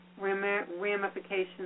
ramifications